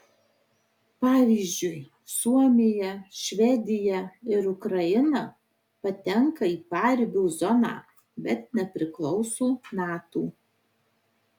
pavyzdžiui suomija švedija ir ukraina patenka į paribio zoną bet nepriklauso nato